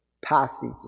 passage